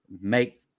make